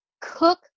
cook